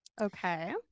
Okay